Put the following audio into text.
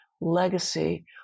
legacy